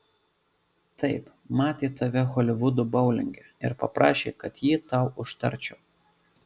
taip matė tave holivudo boulinge ir paprašė kad jį tau užtarčiau